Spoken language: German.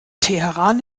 teheran